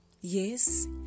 Yes